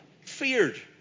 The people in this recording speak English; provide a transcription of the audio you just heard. feared